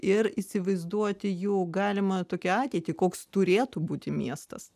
ir įsivaizduoti jų galimą tokią ateitį koks turėtų būti miestas